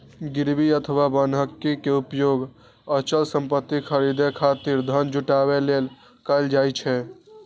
गिरवी अथवा बन्हकी के उपयोग अचल संपत्ति खरीदै खातिर धन जुटाबै लेल कैल जाइ छै